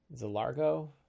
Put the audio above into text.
Zalargo